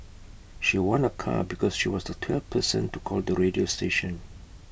she won A car because she was the twelfth person to call the radio station